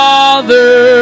Father